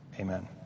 amen